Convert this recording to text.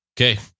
Okay